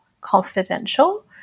confidential